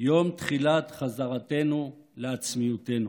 יום תחילת חזרתנו לעצמיותנו.